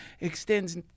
extends